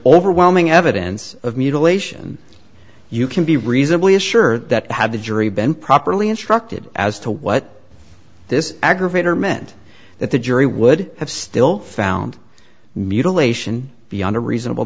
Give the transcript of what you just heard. overwhelming evidence of mutilation you can be reasonably assured that had the jury been properly instructed as to what this aggravator meant that the jury would have still found mutilation beyond a reasonable